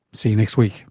see you next week